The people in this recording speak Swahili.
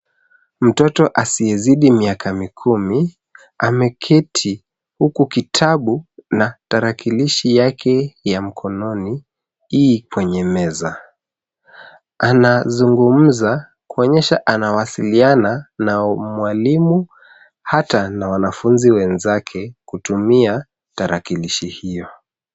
Mtoto asiyezidi miaka mikumi ameketi huku kitabu na tarakilishi yake ya mkononi I kwenye meza. Anazungumza kuonyesha anawasiliana na mwalimu hata na wanafunzi wenzake kutumia tarakilishi hio.